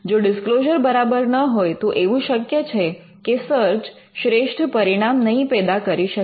જો ડિસ્ક્લોઝર બરાબર ન હોય તો એવું શક્ય છે કે સર્ચ શ્રેષ્ઠ પરિણામ નહીં પેદા કરી શકે